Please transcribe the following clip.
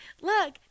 look